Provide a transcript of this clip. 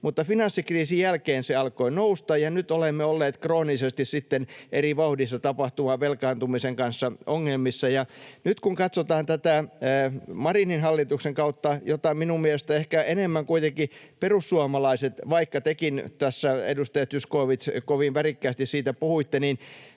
Mutta finanssikriisin jälkeen se alkoi nousta, ja nyt olemme olleet kroonisesti eri vauhdeissa tapahtuvan velkaantumisen kanssa ongelmissa. Nyt kun katsotaan tätä Marinin hallituksen kautta — jota minun mielestäni ehkä enemmän kuitenkin perussuomalaiset ovat arvostelleet, vaikka tekin tässä, edustaja Zyskowicz, kovin värikkäästi siitä puhuitte — niin